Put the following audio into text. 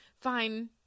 fine